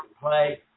play